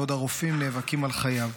בעוד הרופאים נאבקים על חייו.